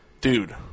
dude